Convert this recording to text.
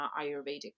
Ayurvedic